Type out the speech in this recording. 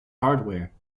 hardware